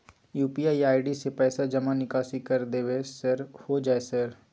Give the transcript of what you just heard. UPI ID से पैसा जमा निकासी कर देबै सर होय जाय है सर?